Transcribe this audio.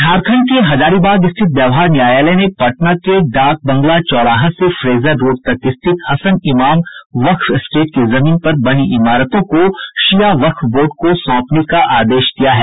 झारखंड के हजारीबाग स्थित व्यवहार न्यायालय ने पटना के डाकबंगला चौराहा से फ़ेजर रोड तक स्थित हसन इमाम वक्फ स्टेट की जमीन पर बनी इमारतों को शिया वक्फ बोर्ड को सौंपने का आदेश दिया है